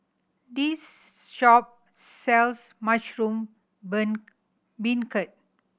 this shop sells mushroom beancurd